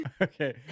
Okay